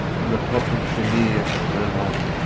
from the top of shenir and hermon,